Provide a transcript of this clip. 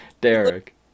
Derek